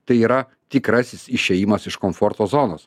tai yra tikrasis išėjimas iš komforto zonos